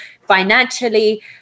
financially